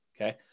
okay